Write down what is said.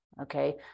Okay